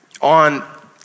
on